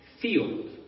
Field